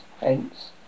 hence